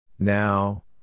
Now